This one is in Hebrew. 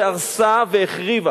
שהרסה והחריבה